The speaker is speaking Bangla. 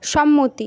সম্মতি